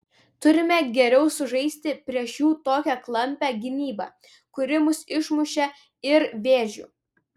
turime geriau sužaisti prieš jų tokią klampią gynybą kuri mus išmušė ir vėžių